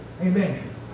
Amen